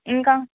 ఇంకా